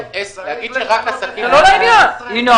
זה לא לעניין.